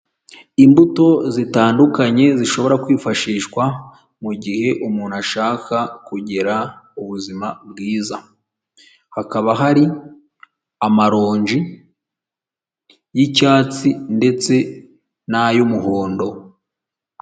Imbuto zitandukanye zishobora kwifashishwa mu gihe umuntu ashaka kugira ubuzima bwiza hakaba hari amaronji y'icyatsi ndetse nay'umuhondo.